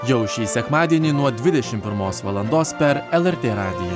jau šį sekmadienį nuo dvidešimt pirmos per lrt radiją